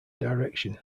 direction